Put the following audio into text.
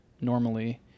normally